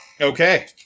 Okay